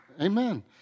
amen